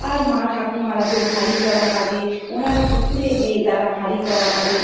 আর মা ঠাকুমারা তো হাঁড়ি কড়া মাজে ওনারা পুকুরে যেয়ে তারা হাঁড়ি কড়া মাজেন